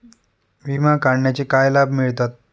विमा काढण्याचे काय लाभ मिळतात?